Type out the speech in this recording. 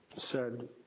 said.